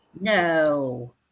No